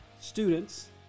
students